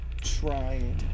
trying